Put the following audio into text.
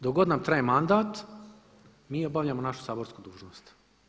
Dok god nam traje mandat mi obavljamo našu saborsku dužnost.